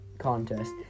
Contest